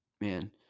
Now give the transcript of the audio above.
man